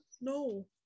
no